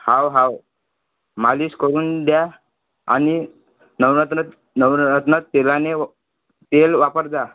हो हो मालीश करून द्या आनि नवलतलत नवरत्न तेलाने व तेल वापर जा